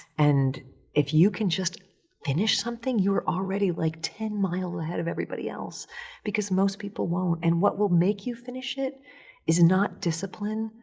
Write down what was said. and if you can just finish something, you're already, like, ten miles ahead of everybody else because most people won't. and what will make you finish it is not discipline,